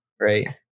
right